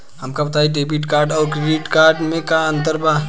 हमका बताई debit card और क्रेडिट कार्ड में का अंतर बा?